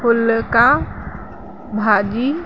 फुल्का भाॼी